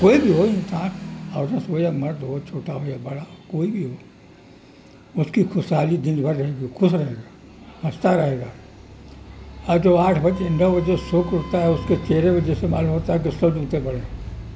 کوئی بھی ہو انسان عورت ہو یا مرد ہو چھوٹا ہو یا بڑا ہو کوئی بھی ہو اس کی خوشحالی دن بھر رہے گی خوش رہے گا ہنستا رہے گا اور جو آٹھ بجے نو بجے سو کے اٹھتا ہے اس کے چیرے پہ جیسے معلوم ہوتا ہے